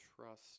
trust